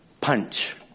punch